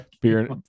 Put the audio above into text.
beer